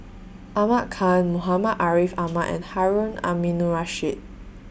Ahmad Khan Muhammad Ariff Ahmad and Harun Aminurrashid